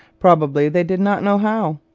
probably they did not know how.